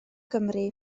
gymru